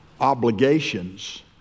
obligations